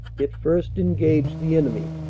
it first engaged the enemy.